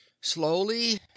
Slowly